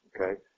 Okay